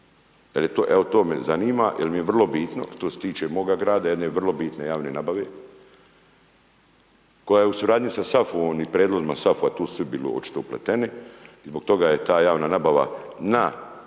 To me zanima, jer mi je vrlo bitno, što se tiče moga grada, jedne vrlo bitne javne nabave, koja je u suradnju sa SAFU-om i …/Govornik se ne razumije./… SAFU, tu su svi bili očito upleteni, zbog toga je ta javna nabava, na,